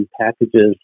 packages